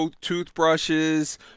toothbrushes